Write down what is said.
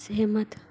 सहमत